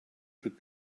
should